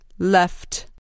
Left